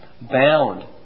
bound